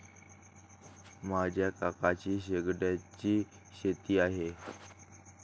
माझ्या काकांची शेंगदाण्याची शेती आहे